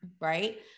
right